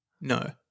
No